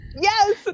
Yes